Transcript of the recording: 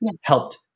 helped